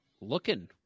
looking